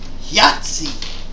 Yahtzee